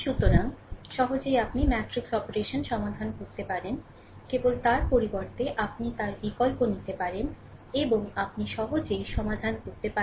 সুতরাং সহজেই আপনি ম্যাট্রিক্স অপারেশন সমাধান করতে পারেন কেবল তার পরিবর্তে আপনি তার বিকল্প নিতে পারেন এবং আপনি সহজেই সমাধান করতে পারেন